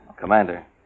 Commander